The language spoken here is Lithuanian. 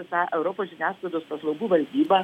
tą europos žiniasklaidos paslaugų valdybą